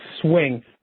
swing